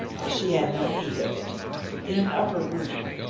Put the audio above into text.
but she had no need of it in an upper room,